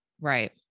Right